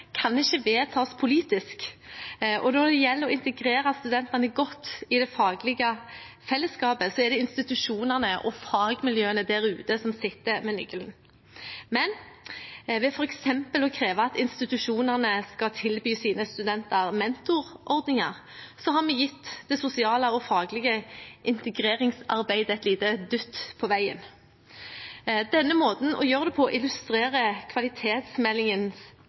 kan ikke vedtas politisk. Også når det gjelder å integrere studentene godt i det faglige fellesskapet, er det institusjonene og fagmiljøene der ute som sitter med nøkkelen. Men ved f.eks. å kreve at institusjonene skal tilby sine studenter mentorordninger, har vi gitt det sosiale og faglige integreringsarbeidet en liten dytt på veien. Denne måten å gjøre det på